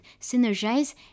synergize